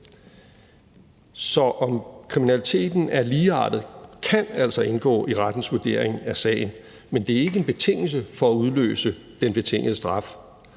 Så om kriminaliteten er ligeartet kan altså indgå i rettens vurdering af sagen, men det er ikke en betingelse for at udløse den betingede straf.